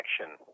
action